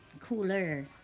cooler